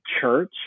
church